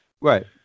Right